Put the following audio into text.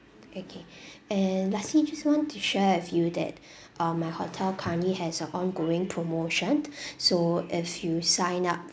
okay and lastly just want to share with you that um my hotel currently has a ongoing promotion so if you sign up